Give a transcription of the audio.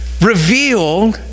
reveal